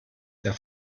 der